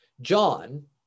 John